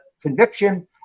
conviction